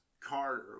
Carter